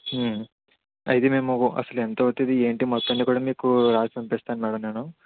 అయితే మేము అసలు ఎంత అవుతుంది ఏంటి మొత్తం అన్నీ కూడా మీకు రాసి పంపిస్తాను మేడం నేను